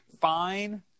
fine